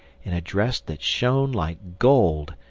in a dress that shone like gold,